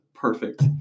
perfect